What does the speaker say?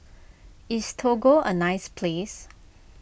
is Togo a nice place